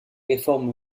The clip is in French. réformes